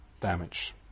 damage